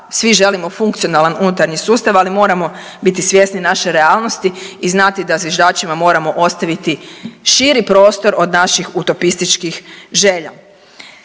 svi želimo funkcionalan unutarnji sustav, ali moramo biti svjesni naše realnosti i znati da zviždačima moramo ostaviti širi prostor od naših utopističkih želja.